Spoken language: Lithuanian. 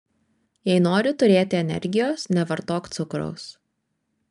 jei nori turėti energijos nevartok cukraus